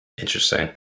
Interesting